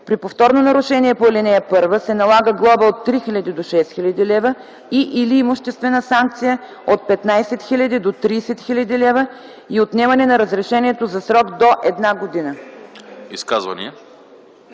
При повторно нарушение по ал. 1 се налага глоба от 3 000 до 6000 лв. и/или имуществена санкция от 15 000 до 30 000 лв. и отнемане на разрешението за срок до една година”. ПРЕДСЕДАТЕЛ